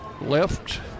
left